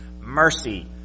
Mercy